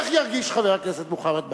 איך ירגיש חבר הכנסת מוחמד ברכה?